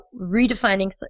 redefining